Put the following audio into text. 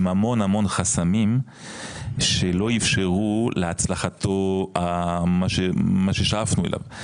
עם המון המון חסמים שלא אפשרו להצלחתו מה ששאפנו אליו,